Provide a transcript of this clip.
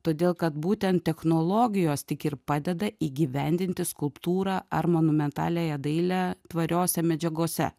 todėl kad būtent technologijos tik ir padeda įgyvendinti skulptūrą ar monumentaliąją dailę tvariose medžiagose